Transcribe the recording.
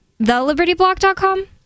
TheLibertyBlock.com